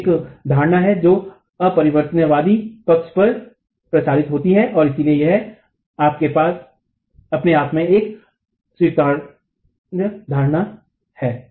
तो यह एक धारणा है जो अपरिवर्तनवादी पक्ष पर प्रसारित होती है और इसलिए यह अपने आप में एक स्वीकार्य धारणा है